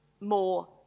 more